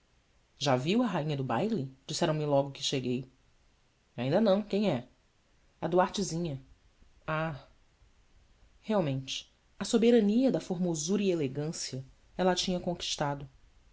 já viu a rainha do baile disseram-me logo que cheguei inda não quem é uartezinha h ealmente a soberania da formosura e elegância ela a tinha conquistado